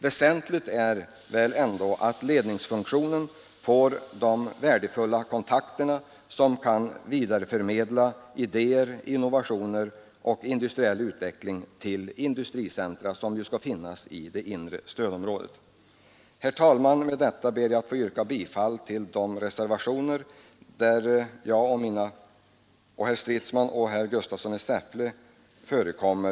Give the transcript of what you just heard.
Väsentligt är väl ändå att ledningsfunktionen får de värdefulla kontakterna, som kan vidareförmedla idéer, innovationer och industriell utveckling till de industricentra som ju skall finnas i det inre stödområdet. Herr talman! Med detta ber jag att få yrka bifall till de reservationer där mitt namn förekommer.